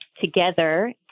together